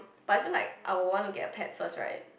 doesn't like I want their pets first right